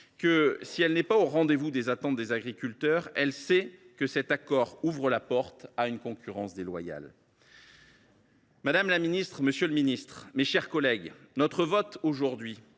qui n’est pas au rendez vous des attentes des agriculteurs, sait que cet accord ouvre la porte à une concurrence déloyale. Madame la ministre, monsieur le ministre, mes chers collègues, notre vote aujourd’hui